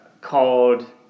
called